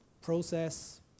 process